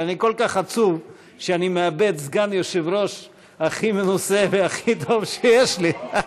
ואני כל כך עצוב שאני מאבד את סגן היושב-ראש הכי מנוסה והכי טוב שיש לי.